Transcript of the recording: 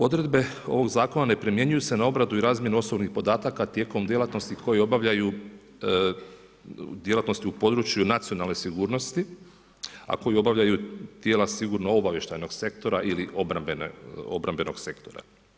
Odredbe ovoga zakona ne primjenjuju se na obradu i razmjenu osobnih podataka tijekom djelatnosti koje obavljaju djelatnosti u području nacionalne sigurnosti, a koju obavljaju tijela sigurno obavještajnog sektora ili obrambenog sektora.